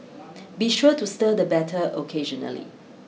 be sure to stir the batter occasionally